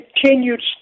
continued